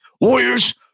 Warriors